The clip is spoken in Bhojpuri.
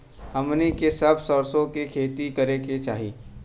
हमनी के कब सरसो क खेती करे के चाही?